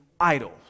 idle